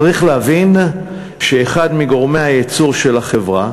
צריך להבין שאחד מגורמי הייצור של החברה,